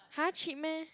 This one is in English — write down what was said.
!huh! cheap meh